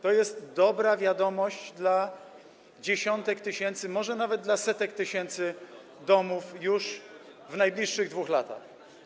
To jest dobra wiadomość dla dziesiątek tysięcy, może nawet dla setek tysięcy domów już w najbliższych 2 latach.